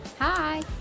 Hi